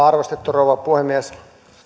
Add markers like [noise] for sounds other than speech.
[unintelligible] arvostettu rouva puhemies